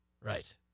Right